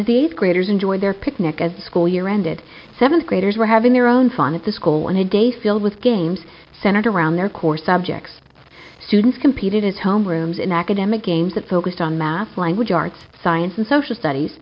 these graders enjoyed their picnic as the school year ended seventh graders were having their own fun at the school one a day filled with games centered around their core subjects students competed as homerooms in academic games that focused on math language arts science and social studies